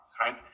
right